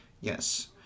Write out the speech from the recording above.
Yes